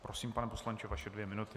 Prosím, pane poslanče, vaše dvě minuty.